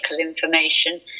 information